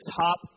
top